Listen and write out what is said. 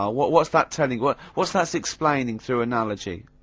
ah what what is that telling what what is that explaining through analogy.